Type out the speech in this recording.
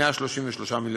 133 מיליון,